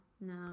No